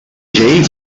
llei